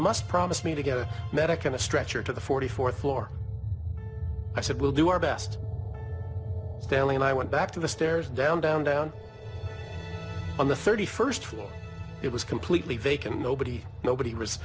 must promise me to get a medic and a stretcher to the forty fourth floor i said we'll do our best and i went back to the stairs down down down on the thirty first floor it was completely vacant nobody nobody was